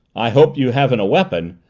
i hope you haven't a weapon,